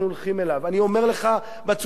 אני אומר לך בצורה הכי ברורה,